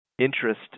interest